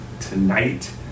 tonight